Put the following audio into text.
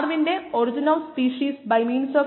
001 അല്ലെങ്കിൽ 10 power minus 3 ആണ്